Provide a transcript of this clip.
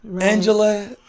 Angela